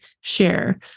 share